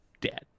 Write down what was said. dead